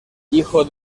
hijo